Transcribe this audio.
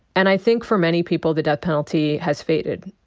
and i think for many people the death penalty has faded.